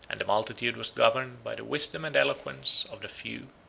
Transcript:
and the multitude was governed by the wisdom and eloquence of the few.